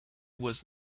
was